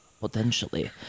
Potentially